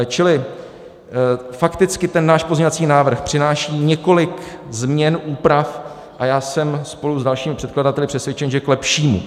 Čili fakticky náš pozměňovací návrh přináší několik změn, úprav, a já jsem spolu s dalšími předkladateli přesvědčen, že k lepšímu.